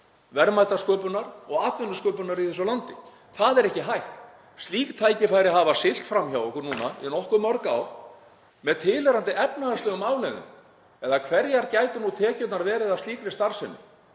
verðmætasköpunar og atvinnusköpunar í þessu landi. Það er ekki hægt. Slík tækifæri hafa siglt fram hjá okkur núna í nokkuð mörg ár með tilheyrandi efnahagslegum afleiðingum, eða hverjar gætu tekjurnar verið af slíkri starfsemi